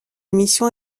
mission